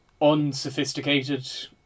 unsophisticated